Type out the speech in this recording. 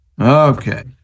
Okay